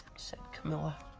said camilla.